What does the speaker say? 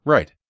Right